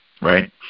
right